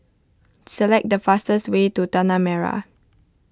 select the fastest way to Tanah Merah